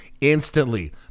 instantly